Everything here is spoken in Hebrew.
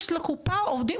יש לקופה עובדים